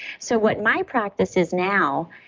so what my practice is now,